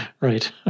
Right